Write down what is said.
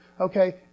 Okay